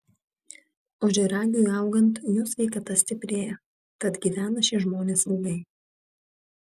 ožiaragiui augant jo sveikata stiprėja tad gyvena šie žmonės ilgai